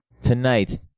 Tonight